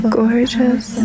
gorgeous